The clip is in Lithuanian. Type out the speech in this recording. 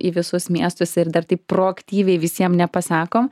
į visus miestus ir dar taip proaktyviai visiem nepasakom